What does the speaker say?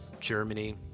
Germany